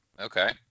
Okay